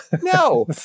No